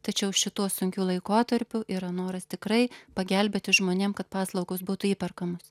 tačiau šituo sunkiu laikotarpiu yra noras tikrai pagelbėti žmonėm kad paslaugos būtų įperkamos